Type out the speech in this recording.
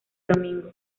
domingo